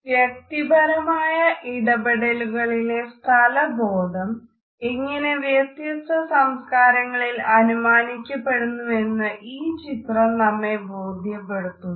വ്യക്തിപരമായ ഇടപെടലുകളിലെ സ്ഥല ബോധം എങ്ങനെ വ്യത്യസ്ത സംസ്കാരങ്ങളിൽ അനുമാനിക്കപ്പെടുന്നുവെന്ന് ഈ ചിത്രം നമ്മെ ബോധ്യപ്പെടുത്തുന്നു